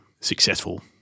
successful